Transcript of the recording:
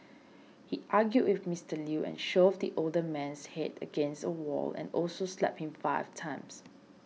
he argued with Mister Lew and shoved the older man's head against a wall and also slapped him five times